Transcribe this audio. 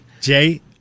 Jay